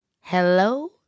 Hello